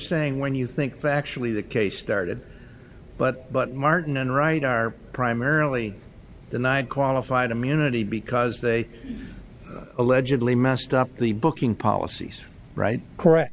saying when you think that actually the case started but but martin and right are primarily denied qualified immunity because they allegedly messed up the booking policies right correct